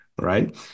right